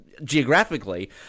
geographically